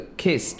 kiss